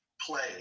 play